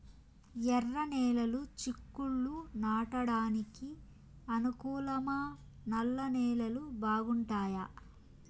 ఎర్రనేలలు చిక్కుళ్లు నాటడానికి అనుకూలమా నల్ల నేలలు బాగుంటాయా